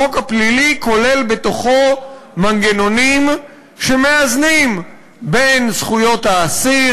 החוק הפלילי כולל בתוכו מנגנונים שמאזנים בין זכויות האסיר,